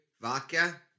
Vodka